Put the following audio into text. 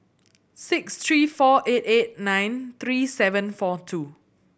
six three four eight eight nine three seven four two